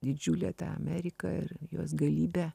didžiulę tą ameriką ir jos galybę